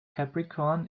capricorn